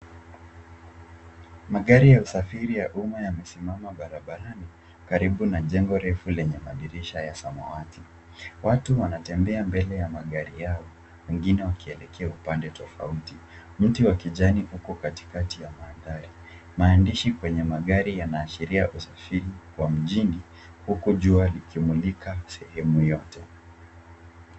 Magari ya usafiri ya umma yamesimama barabarani karibu na jengo refu lenye madirisha la samawati. Watu wanatembea mbele ya magari yao wengine wakielekea upande tofauti. Mti wa kijani uko katikati ya mandhari. Maandishi kwenye magari yanaashiria usafiri wa mijini huku jua likimulika sehemu yote.